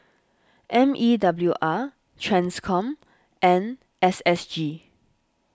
M E W R Transcom and S S G